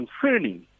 concerning